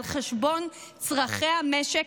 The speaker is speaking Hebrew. על חשבון צורכי המשק.